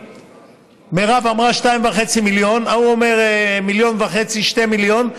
מירב אמרה 2.5 מיליון, ההוא אומר 1.5 2 מיליון.